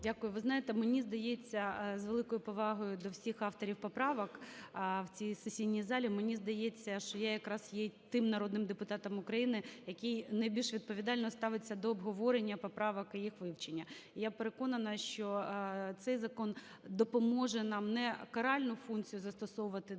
Дякую. Ви знаєте, мені здається, з великою повагою до всіх авторів поправок в цій сесійній залі, мені здається, що я якраз є тим народним депутатом України, який найбільш відповідально ставиться до обговорення поправок і їх вивчення. І я переконана, що цей закон допоможе нам не каральну функцію застосовувати для